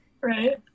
Right